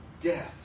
death